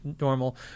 normal